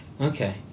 Okay